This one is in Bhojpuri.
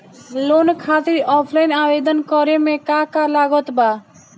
लोन खातिर ऑफलाइन आवेदन करे म का का लागत बा?